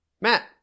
Matt